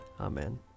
Amen